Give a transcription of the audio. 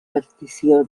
partició